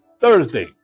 Thursday